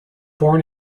born